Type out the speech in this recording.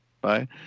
Bye